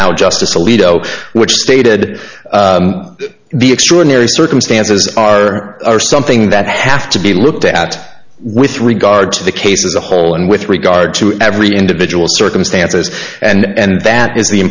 now justice alito which stated the extraordinary circumstances are something that have to be looked at with regard to the case as a whole and with regard to every individual circumstances and that is the